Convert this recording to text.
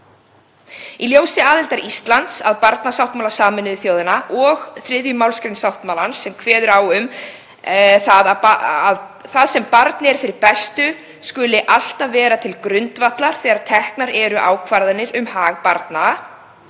Í ljósi aðildar Íslands að barnasáttmála Sameinuðu þjóðanna og 3. gr. sáttmálans sem kveður á um að það sem barni er fyrir bestu skuli alltaf vera til grundvallar þegar teknar eru ákvarðanir um hag barna